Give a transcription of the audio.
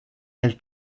elle